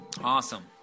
Awesome